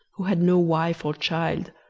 who had no wife or child,